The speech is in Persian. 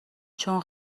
چون